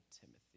Timothy